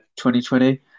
2020